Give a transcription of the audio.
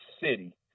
city